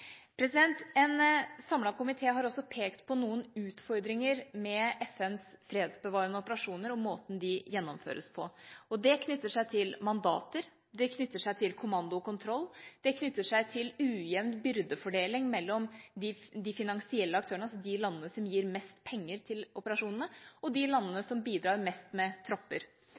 En samlet komité har også pekt på noen utfordringer med FNs fredsbevarende operasjoner og måten de gjennomføres på. Det knytter seg til mandater, til kommando og kontroll og til ujevn byrdefordeling mellom de finansielle aktørene – altså de landene som gir mest penger til operasjonene – og de landene som bidrar mest med tropper.